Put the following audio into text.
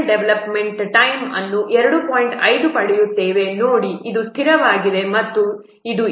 5 ಪಡೆಯುತ್ತೇವೆ ನೋಡಿ ಇದು ಸ್ಥಿರವಾಗಿದೆ ಮತ್ತು ಇದು ಏನು